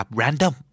random